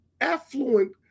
affluent